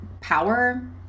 power